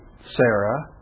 Sarah